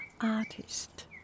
artist